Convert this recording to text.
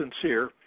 sincere